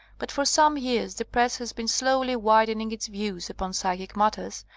but for some years the press has been slowly widening its views upon psychic matters,